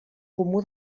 comú